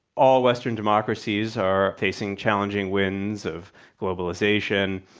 all western democracies are facing challenging winds of globalization,